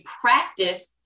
practice